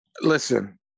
Listen